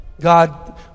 God